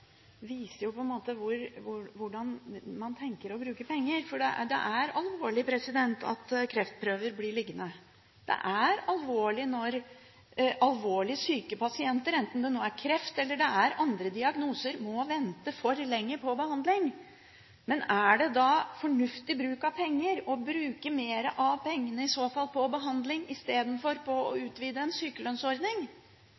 hvordan man tenker å bruke penger. Det er alvorlig at kreftprøver blir liggende. Det er alvorlig når alvorlig syke pasienter, enten de nå har kreft eller andre diagnoser, må vente for lenge på behandling. Men er det ikke da fornuftig bruk av penger å bruke mer av pengene på behandling i stedet for å utvide en sykelønnsordning, der vi i hvert fall